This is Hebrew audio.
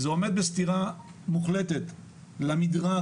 זה עומד בסתירה מוחלטת למדרג